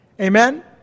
Amen